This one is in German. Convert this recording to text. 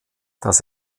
das